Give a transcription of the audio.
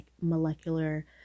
molecular